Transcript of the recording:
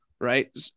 right